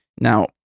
Now